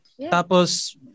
Tapos